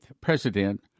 president